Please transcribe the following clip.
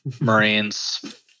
Marines